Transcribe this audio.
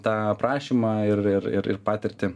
tą aprašymą ir ir ir patirtį